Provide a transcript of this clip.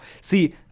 See